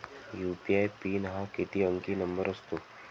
UPI pin हा किती अंकी नंबर असतो?